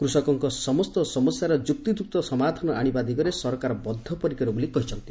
କୃଷକଙ୍କ ସମସ୍ତ ସମସ୍ୟାର ଯୁକ୍ତିଯୁକ୍ତ ସମାଧାନ ଆଣିବା ଦିଗରେ ସରକାର ବଦ୍ଧପରିକର ବୋଲି କହିଛନ୍ତି